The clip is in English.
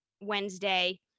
Wednesday